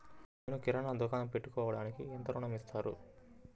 నేను కిరాణా దుకాణం పెట్టుకోడానికి ఎంత ఋణం ఇస్తారు?